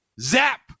zap